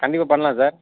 கண்டிப்பாக பண்ணலாம் சார்